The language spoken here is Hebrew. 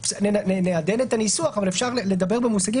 נעדן את הניסוח אבל אפשר לדבר במושגים